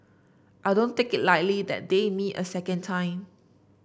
I don't take it lightly that they me a second time